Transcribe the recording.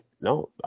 No